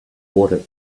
water